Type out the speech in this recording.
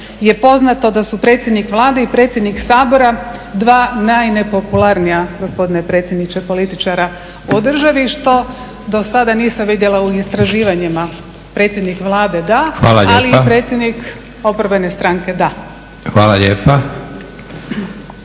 je poznato da su predsjednik Vlade i predsjednik Sabora 2 najnepopularnija, gospodine predsjedniče, političara u državi što do sada nisam vidjela u istraživanjima, predsjednik Vlade da, ali i predsjednik oporbene stranke, da. **Leko,